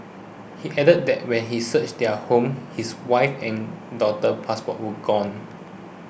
he added that when he searched their home his wife's and daughter's passports were gone